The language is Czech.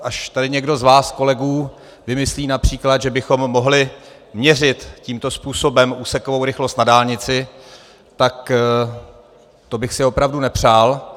Až tady někdo z vás z kolegů vymyslí například, že bychom mohli měřit tímto způsobem úsekovou rychlost na dálnici, tak to bych si opravdu nepřál.